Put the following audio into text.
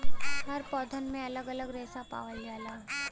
हर पौधन में अलग अलग रेसा पावल जाला